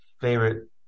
favorite